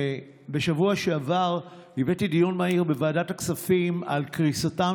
בשבוע שעבר הבאתי לדיון מהיר בוועדת הכספים את קריסתם